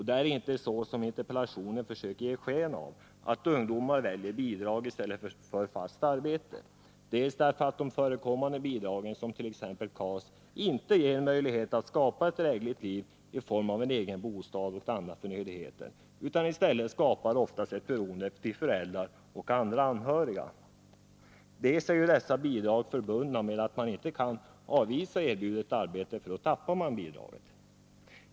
Det är inte så som interpellanten försökte ge sken av, att ungdomar väljer bidrag i stället för arbete. De förekommande bidragen, t.ex. KAS, ger ju inte möjlighet att skapa ett drägligt liv i form av tillgång till egen bostad och andra förnödenheter utan skapar oftast i stället ett beroende av föräldrar och andra anhöriga. Dessutom är dessa bidrag förbundna med att man inte kan avvisa erbjudet arbete, för då förlorar man bidraget.